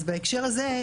אז בהקשר הזה,